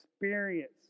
experience